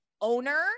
owner